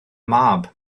mab